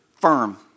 firm